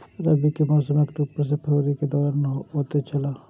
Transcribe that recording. रबी के मौसम अक्टूबर से फरवरी के दौरान होतय छला